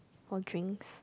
for drinks